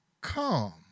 come